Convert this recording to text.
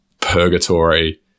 purgatory